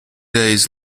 days